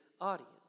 audience